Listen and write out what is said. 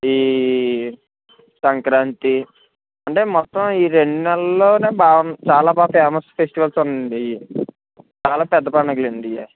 ఈ సంక్రాంతి అంటే మొత్తం ఈ రెండు నెలలో బాగా చాలా బాగా ఫేమస్ ఫెస్టివల్స్ ఉన్నాయండి చాలా పెద్ద పండుగలు అండి ఇవి